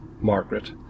Margaret